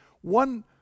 One